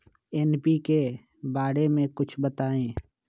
NPK बारे म कुछ बताई?